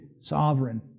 sovereign